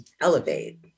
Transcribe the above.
elevate